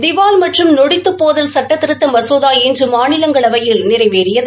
திவால் மற்றும் நொடித்துப்போதல் சுட்ட திருத்த மசோதா இன்று மாநிலங்களவையில் நிறைவேறியது